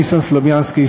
ניסן סלומינסקי,